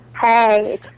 Hey